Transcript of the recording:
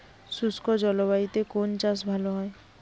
শুষ্ক জলবায়ুতে কোন চাষ ভালো হয়?